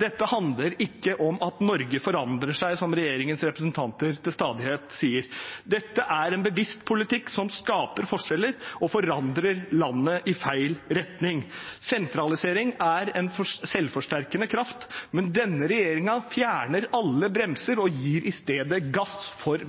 Dette handler ikke om at Norge forandrer seg, som regjeringens representanter til stadighet sier. Dette er en bevisst politikk som skaper forskjeller og forandrer landet i feil retning. Sentralisering er en selvforsterkende kraft, men denne regjeringen fjerner alle bremser og gir i stedet gass for